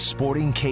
Sporting